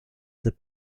that